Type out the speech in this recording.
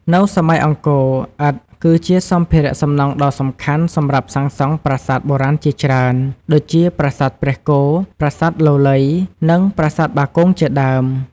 នៅសម័យអង្គរ ឥដ្ឋគឺជាសម្ភារៈសំណង់ដ៏សំខាន់សម្រាប់សាងសង់ប្រាសាទបុរាណជាច្រើន ដូចជា ប្រាសាទព្រះគោ ប្រាសាទលលៃ និងប្រាសាទបាគងជាដើម។